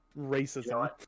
racism